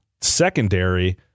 secondary